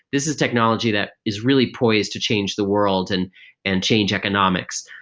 this is technology that is really poised to change the world and and change economics.